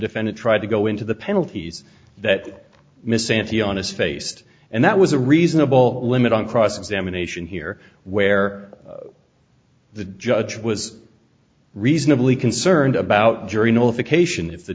defendant tried to go into the penalties that miss anthony on his face and that was a reasonable limit on cross examination here where the judge was reasonably concerned about jury nullification if the